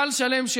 סל שלם.